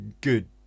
good